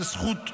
זו זכות גדולה.